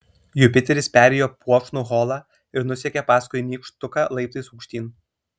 jupiteris perėjo puošnų holą ir nusekė paskui nykštuką laiptais aukštyn